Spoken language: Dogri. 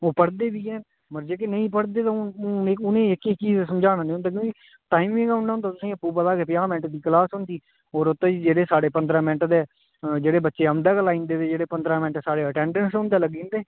ओह् पढ़दे बी हैन पर जेह्के नेईं पढ़दे ते उ'नेंगी इक इक गी ते समझाना नी होंदा क्योंकि टाइम गै उन्ना होंदा तुसेंगी आपूं पता पंजाह् मैंट्ट दी क्लास होंदी होर ते जेह्ड़े साढ़े पंदरां मैंट्ट ते जेह्ड़े बच्चे औंदे गै लाई जंदे ते जेह्ड़े पंंदरां मैंट साढ़े अटेंडंस होंदे लग्गी जंदे